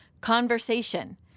conversation